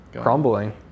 crumbling